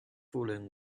fallen